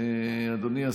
אדוני השר,